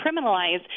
criminalize